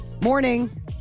morning